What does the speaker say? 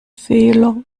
fehler